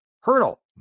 Hurdle